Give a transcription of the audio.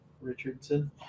Richardson